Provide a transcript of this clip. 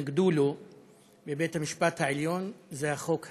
התנגדו לו בבית-המשפט העליון, זה החוק הזה,